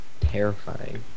terrifying